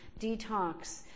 detox